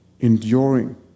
enduring